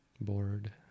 bored